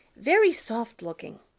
very soft looking.